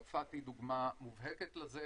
צרפת היא דוגמה מובהקת לזה,